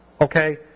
Okay